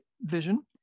vision